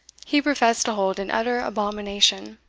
he professed to hold in utter abomination.